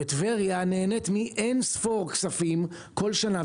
וטבריה נהנית מאין ספור כספים כל שנה,